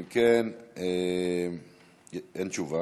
אם כן, אין תשובה.